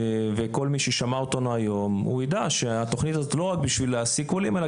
וכל מי ששמע אותנו היום יודע שהתכנית הזאת היא גם בשביל לגרום